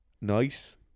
nice